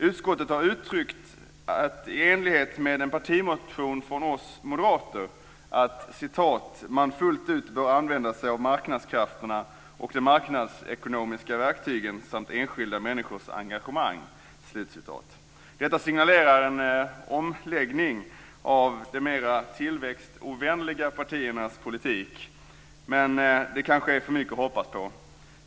Utskottet har uttryckt, i enlighet med en partimotion från oss moderater, att man "fullt ut" bör "använda marknadskrafterna och de marknadsekonomiska verktygen samt enskilda människors engagemang". Detta signalerar en omläggning av de mera tillväxtovänliga partiernas politik. Men det kanske är för mycket att hoppas på.